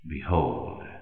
Behold